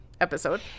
episode